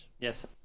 Yes